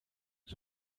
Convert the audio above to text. een